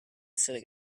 essere